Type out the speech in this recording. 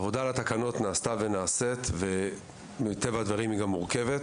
עבודה על התקנות נעשתה ונעשית ומטבע הדברים היא גם מורכבת.